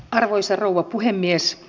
arvoisa rouva puhemies